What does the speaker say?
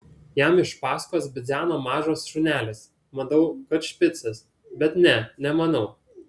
jam iš paskos bidzeno mažas šunelis manau kad špicas bet ne nemanau